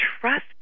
trust